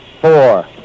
four